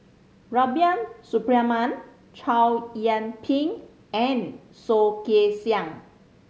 Rubiah Suparman Chow Yian Ping and Soh Kay Siang